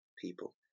people